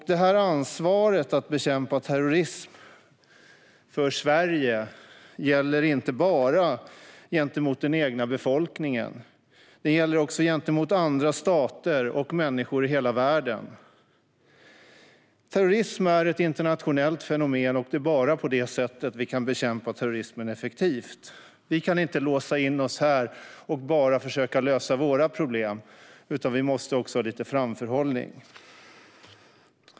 Sveriges ansvar att bekämpa terrorism gäller inte bara mot den egna befolkningen. Det gäller också gentemot andra stater och människor i hela världen. Terrorism är ett internationellt fenomen, och det är bara på det sättet vi kan bekämpa terrorismen effektivt. Vi kan inte låsa in oss här och försöka att lösa bara våra problem, utan vi måste också ha lite framförhållning.